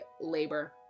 labor